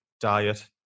diet